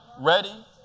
ready